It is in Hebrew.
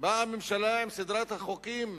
באה הממשלה עם סדרת החוקים,